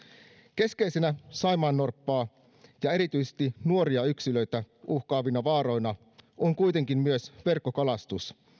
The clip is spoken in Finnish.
keskeisiä saimaannorppaa ja erityisesti nuoria yksilöitä uhkaavia vaaroja on kuitenkin myös verkkokalastus